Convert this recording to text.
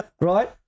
right